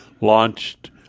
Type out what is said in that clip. launched